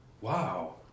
Wow